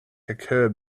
occurred